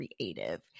creative